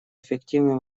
эффективным